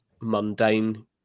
mundane